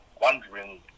wondering